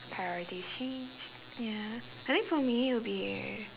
priorities change ya I think for me it'll be